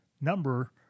number